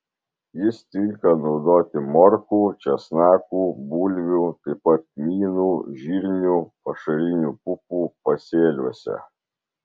jis tinka naudoti morkų česnakų bulvių taip pat kmynų žirnių pašarinių pupų pasėliuose